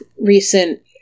recent –